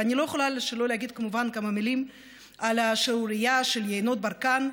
ואני לא יכולה שלא להגיד כמובן כמה מילים על השערורייה של יינות ברקן,